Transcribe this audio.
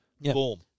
Boom